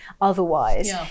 otherwise